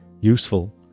useful